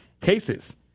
cases